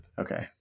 Okay